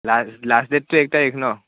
last last ডেটটো এক তাৰিখ ন